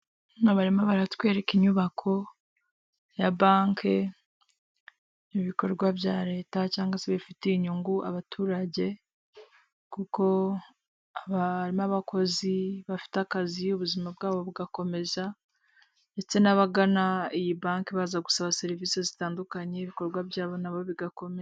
Abarimu baratwereka inyubako ya banki ibikorwa bya leta cyangwa se bifitiye inyungu abaturage kuko harimo bakozi bafite akazi ubuzima bwabo bugakomeza ndetse n'abagana iyi banki baza gusaba serivisi zitandukanye ibikorwa byabo nabo biga komeza.